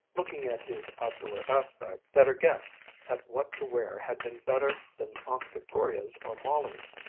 looking at his outdoor aspect, that her guess at what to wear had been better than aunt victoria's or molly's.